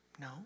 no